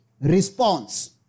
response